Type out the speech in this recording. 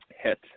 hit